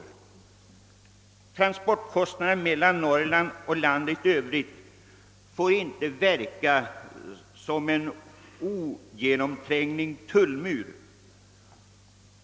Kostnaderna för transporter mellan Norrland och landet i övrigt får inte verka som en ogenomtränglig tullmur.